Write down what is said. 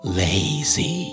lazy